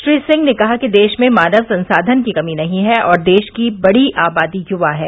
श्री सिंह ने कहा कि देश में मानव संसाधन की कमी नहीं है और देश की बडी आबादी यवा है